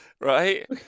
right